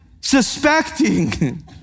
Suspecting